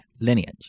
lineage